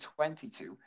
22